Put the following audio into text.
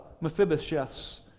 Mephibosheth's